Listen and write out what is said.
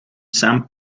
sam